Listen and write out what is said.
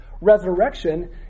resurrection